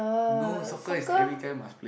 no soccer is every guy must play one